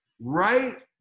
right